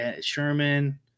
sherman